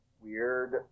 weird